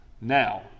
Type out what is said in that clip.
now